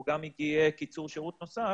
או גם אם יהיה קיצור שירות נוסף